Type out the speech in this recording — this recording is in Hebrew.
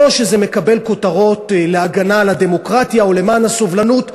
או שזה מקבל כותרות להגנה על הדמוקרטיה או למען הסובלנות.